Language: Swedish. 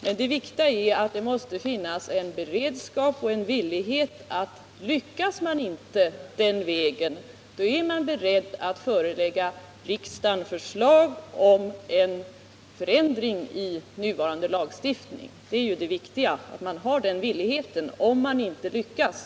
Men det viktiga är att det måste finnas en beredskap och en villighet att, om man inte lyckas den vägen, förelägga riksdagen förslag om en förändring i nuvarande lagstiftning. Det är ju det viktiga att man har den villigheten, om man inte lyckas.